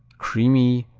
creamy,